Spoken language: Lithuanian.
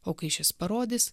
o kai šis parodys